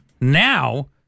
now